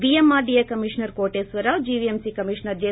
VMR DA commissioner Koteswararao GVMC commissioner J